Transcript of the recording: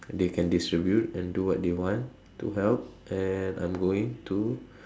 they can distribute and do what they want to help and I'm going to